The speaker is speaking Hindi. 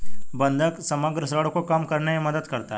बंधक समग्र ऋण को कम करने में मदद करता है